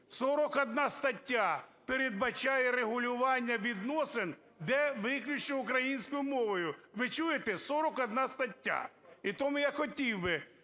41 стаття передбачає регулювання відносин, де виключно українською мовою. Ви чуєте, 41 стаття. І тому я хотів би,